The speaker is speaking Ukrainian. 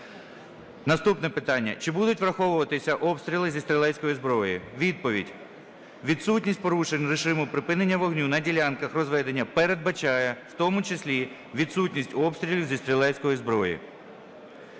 Наступне питання. Чи будуть враховуватися обстріли зі стрілецької зброї? Відповідь. Відсутність порушень режиму припинення вогню на ділянках розведення передбачає в тому числі відсутність обстрілів зі стрілецької зброї.